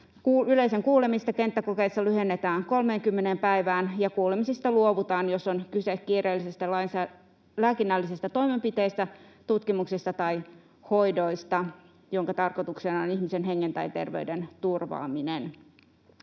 yleisön kuulemista kenttäkokeissa lyhennetään 30 päivään ja kuulemisista luovutaan, jos on kyse kiireellisistä lääkinnällisistä toimenpiteistä, tutkimuksesta tai hoidoista, joiden tarkoituksena on ihmisen hengen tai terveyden turvaaminen.